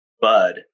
bud